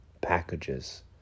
packages